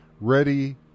ready